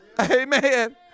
Amen